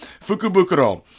Fukubukuro